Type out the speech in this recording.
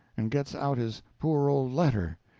and gets out his poor old letter,